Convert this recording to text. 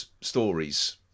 stories